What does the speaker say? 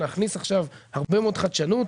להכניס עכשיו הרבה מאוד חדשנות.